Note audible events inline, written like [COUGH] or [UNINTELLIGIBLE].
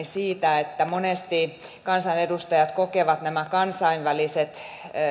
[UNINTELLIGIBLE] siitä että monesti kansanedustajat kokevat nämä kansainväliset